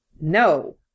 No